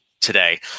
today